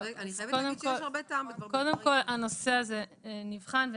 אני חייבת לומר שיש הרבה טעם בדברים שהיא אומרת.